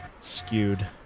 skewed